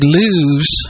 lose